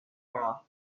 amado